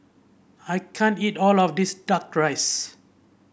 I can't eat all of this duck rice